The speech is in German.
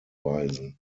weisen